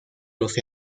los